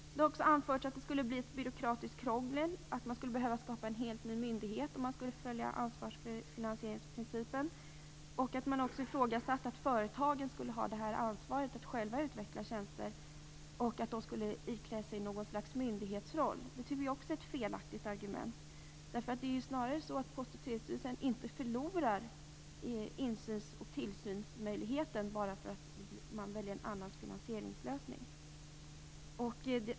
Det har också anförts att det skulle bli ett byråkratiskt krångel och att man skulle behöva att skapa en helt ny myndighet om ansvars och finansieringsprincipen tillämpades. Man ifrågasätter också om företagen själva skulle ha ansvaret att själva utveckla tjänster och att de skulle ikläda sig något slags myndighetsroll. Det tycker vi också är ett felaktigt argument. Det är ju snarare så att Post och telestyrelsen inte förlorar insyns och tillsynsmöjligheten bara för att man väljer en annan finansieringslösning.